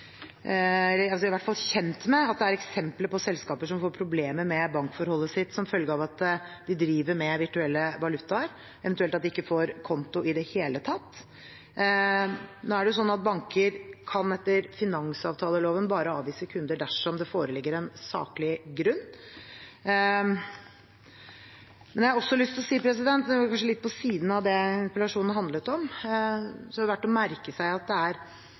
det er eksempler på selskaper som får problemer med bankforholdet sitt som følge av at de driver med virtuelle valutaer, eventuelt at de ikke får konto i det hele tatt. Banker kan etter finansavtaleloven bare avvise kunder dersom det foreligger en saklig grunn. Men jeg har også lyst til å si – det er kanskje litt på siden av det interpellasjonen handlet om – at det er verdt å merke seg at det er